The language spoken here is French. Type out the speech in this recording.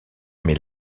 mais